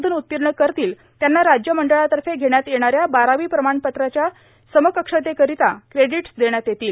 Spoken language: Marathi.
मधून उत्तीर्ण करतील त्यांना राज्य मंडळातर्फे घेण्यात येणाऱ्या बारावी प्रमाणपत्राच्या समकक्षतेकरिता क्रेडिटस देण्यात येतील